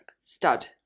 Stud